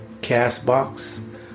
CastBox